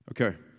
Okay